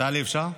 טלי, אפשר?